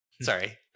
sorry